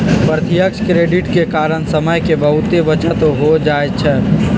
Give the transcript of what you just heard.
प्रत्यक्ष क्रेडिट के कारण समय के बहुते बचत हो जाइ छइ